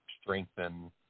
strengthen